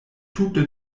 tute